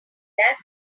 that